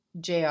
JR